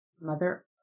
mother